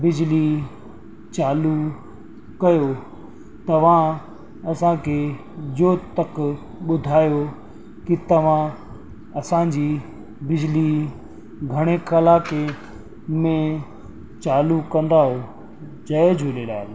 बिजली चालू कयो तव्हां असांखे जो तक ॿुधायो की तव्हां असांजी बिजली घणे कलाके में चालू कंदव जय झूलेलाल